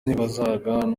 nibazaga